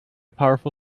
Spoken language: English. powerful